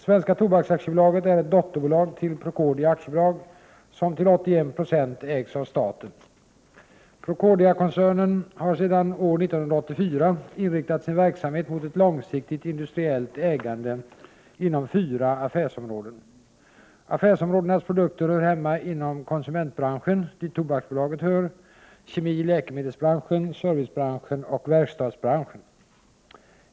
Svenska Tobaks AB är ett dotterbolag till Procordia AB, som till 81 96 ägs av staten. Procordiakoncernen har sedan år 1984 inriktat sin verksamhet mot ett långsiktigt industriellt ägande inom fyra affärsområden. Affärsområdenas produkter hör hemma inom konsumentbranschen, dit Tobaksbolaget hör, kemi-/läkemedelsbranschen, servicebranschen och verkstadsbranschen.